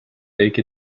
take